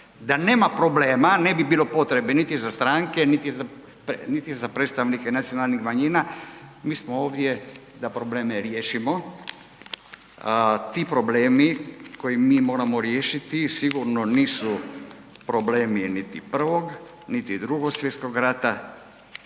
da nema problema ne bi bilo potrebe niti za stranke niti za predstavnike nacionalnih manjina. Mi smo ovdje da probleme riješimo, ti problemi koje mi moramo riješiti sigurno nisu problemi niti Prvog niti Drugog svjetskog rata,